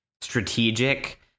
strategic